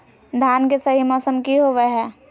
धान के सही मौसम की होवय हैय?